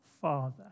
Father